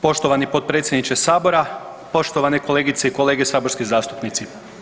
Poštovani potpredsjedniče Sabora, poštovane kolegice i kolege saborski zastupnici.